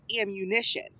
ammunition